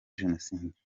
jenoside